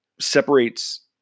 separates